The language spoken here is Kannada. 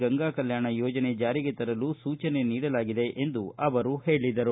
ಗಂಗಾ ಕಲ್ಯಾಣ ಯೋಜನೆ ಜಾರಿಗೆ ತರಲು ಸೂಚನೆ ನೀಡಲಾಗಿದೆ ಎಂದು ಹೇಳಿದರು